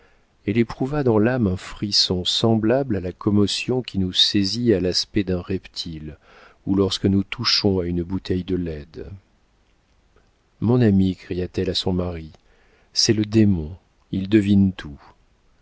elle éprouva dans l'âme un frisson semblable à la commotion qui nous saisit à l'aspect d'un reptile ou lorsque nous touchons à une bouteille de leyde mon ami cria-t-elle à son mari c'est le démon il devine tout